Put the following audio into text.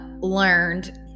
learned